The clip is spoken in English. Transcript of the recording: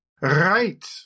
Right